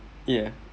yeah